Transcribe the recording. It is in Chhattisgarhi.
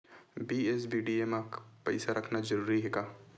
बी.एस.बी.डी.ए मा पईसा रखना जरूरी हे का?